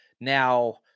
Now